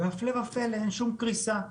והפלא ופלא, אין שום קריסה.